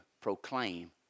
proclaim